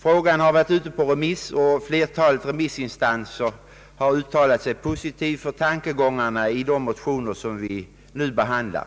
Frågan har varit ute på remiss, och flertalet remissinstanser har uttalat sig positivt för tankegångarna i de motioner som vi nu behandlar.